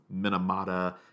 minamata